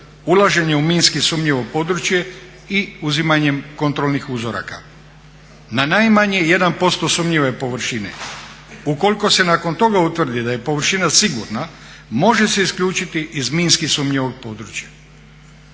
ulaženje u minski sumnjivo područje i uzimanjem kontrolnih uzoraka na najmanje 1% sumnjive površine ukoliko se nakon toga utvrdi da je površina sigurna može se isključiti iz minski sumnjivog područja.